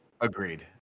Agreed